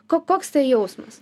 ko koks tai jausmas